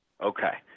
Okay